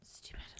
Stupid